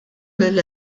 lill